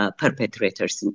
perpetrators